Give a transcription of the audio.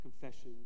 confession